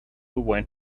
went